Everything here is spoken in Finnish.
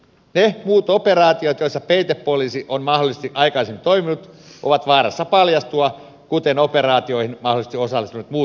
ne muut operaatiot joissa peitepoliisi on mahdollisesti aikaisemmin toiminut ovat vaarassa paljastua kuten operaatioihin mahdollisesti osallistuneet muut peitepoliisit